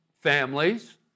families